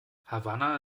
havanna